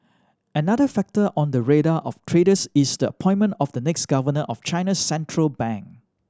another factor on the radar of traders is the appointment of the next governor of China's central bank